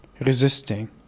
resisting